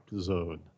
Zone